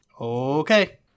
Okay